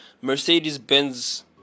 Mercedes-Benz